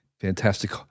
Fantastic